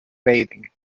bathing